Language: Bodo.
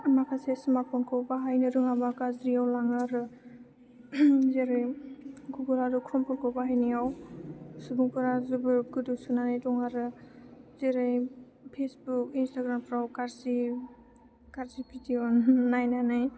माखासे स्मार्टफ'नखौ बाहायनो रोङाबा गाज्रियाव लाङो आरो जेरै गुगोल आरो क्र'मफोरखौ बाहायनायाव सुबुंफोरा जोबोर गोदोसोनानै दं आरो जेरै फेसबुक इनस्टाग्रामफोराव गाज्रि गाज्रि भिडिय' नायनानै